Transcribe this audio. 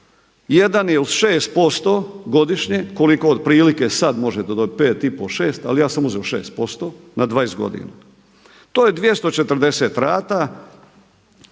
je uz 6% godišnje koliko otprilike sad možete dobiti 5 i pol, 6 ali ja sam uzeo 6% na 20 godina. To je 240 rata,